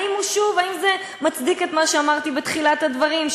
האם זה מצדיק את מה שאמרתי בתחילת הדברים,